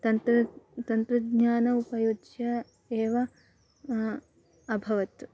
तन्त्रं तन्त्रज्ञानम् उपयुज्य एव अभवत्